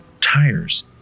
tires